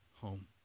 home